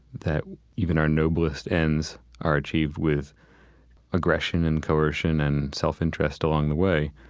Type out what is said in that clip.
that even our noblest ends are achieved with aggression and coercion and self-interest along the way.